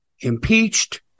impeached